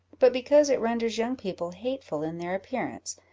but because it renders young people hateful in their appearance,